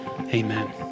amen